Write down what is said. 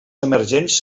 emergents